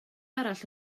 arall